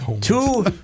two